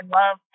love